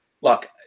look